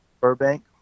Burbank